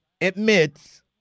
admits